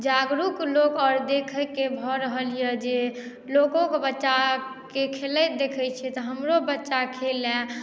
जागरुक लोक आओर देखयके भऽ रहल यए जे लोकोकेँ बच्चाकेँ खेलैत देखैत छियै तऽ हमरो बच्चा खेलय